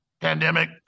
pandemic